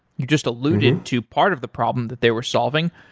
you just alluded to part of the problem that they were solving.